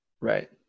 right